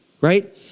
Right